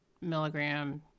milligram